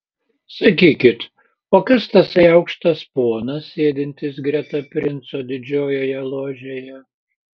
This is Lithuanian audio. sakykit o kas tasai aukštas ponas sėdintis greta princo didžiojoje ložėje